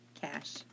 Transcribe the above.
Cash